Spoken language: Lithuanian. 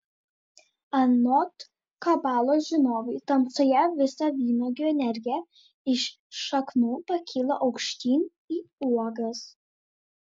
anot kabalos žinovų tamsoje visa vynuogių energija iš šaknų pakyla aukštyn į uogas